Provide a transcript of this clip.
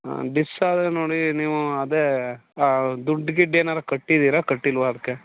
ಹಾಂ ಡಿಸ್ಸಾದರೆ ನೋಡಿ ನೀವು ಅದೇ ದುಡ್ಡು ಗಿಡ್ಡು ಏನಾರೂ ಕಟ್ಟಿದ್ದೀರಾ ಕಟ್ಟಿಲ್ವಾ ಅದಕ್ಕೆ